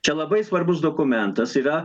čia labai svarbus dokumentas yra